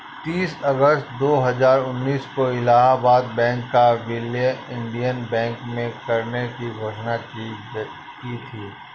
तीस अगस्त दो हजार उन्नीस को इलाहबाद बैंक का विलय इंडियन बैंक में करने की घोषणा की थी